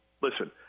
Listen